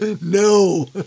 No